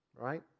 Right